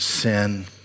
sin